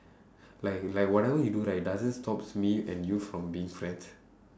like like whatever he do right doesn't stops me and you from being friends